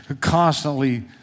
constantly